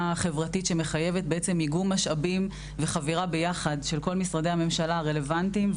חברתית שמחייבת איגום משאבים וחבירה ביחד של כל משרדי הממשלה הרלוונטיים.